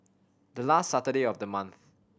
the last Saturday of the month